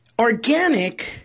Organic